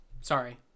sorry